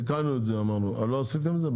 תיקנו את זה אמרנו, לא עשיתם את זה?